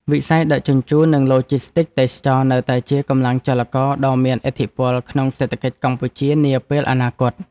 វិស័យដឹកជញ្ជូន និងឡូជីស្ទីកទេសចរណ៍នៅតែជាកម្លាំងចលករដ៏មានឥទ្ធិពលក្នុងសេដ្ឋកិច្ចកម្ពុជានាពេលអនាគត។